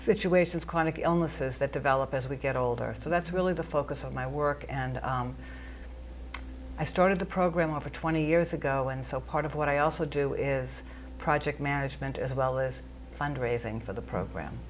situations chronic illnesses that develop as we get older so that's really the focus of my work and i started the program over twenty years ago and so part of what i also do is project management as well as fundraising for the program